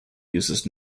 uses